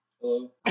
Hello